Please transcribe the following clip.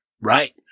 Right